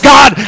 God